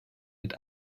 mit